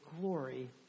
glory